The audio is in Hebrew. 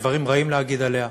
דברים רעים להגיד עליה,